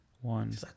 one